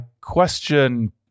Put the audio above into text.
question